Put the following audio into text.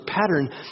pattern